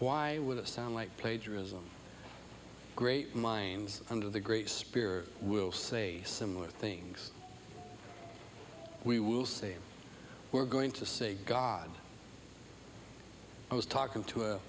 why would it sound like plagiarism great minds under the great spirit will say similar things we will say we're going to say god i was talking to